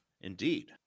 Indeed